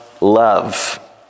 love